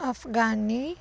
ਅਫਗਾਨੀ